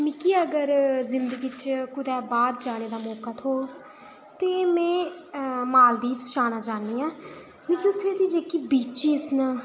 मिकी अगर जिंदगी च कुतै बाह्र जाने दा मौ्का थ्होग ते में मालदीप च जाना चाह्न्नीं आं क्योंकि उत्थूं दी जेह्की बीचज न